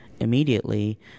immediately